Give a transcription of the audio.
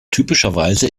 typischerweise